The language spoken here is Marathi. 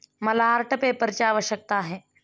मला आर्ट पेपरची आवश्यकता आहे